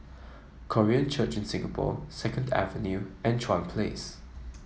Korean Church in Singapore Second Avenue and Chuan Place